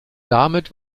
damit